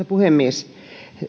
puhemies